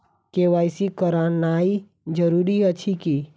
KYC करानाइ जरूरी अछि की?